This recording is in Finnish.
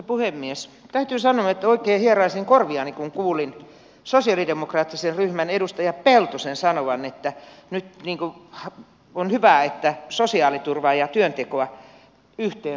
täytyy sanoa että oikein hieraisin korviani kun kuulin sosialidemokraattisen ryhmän edustaja peltosen sanovan että on hyvä että sosiaaliturvaa ja työntekoa yhteensovitetaan